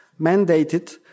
mandated